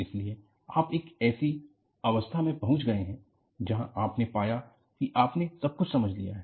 इसलिए आप एक ऐसी अवस्था में पहुंच गए हैं जहां आप ने पाया कि अपने सब कुछ समझ लिया है